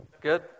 Good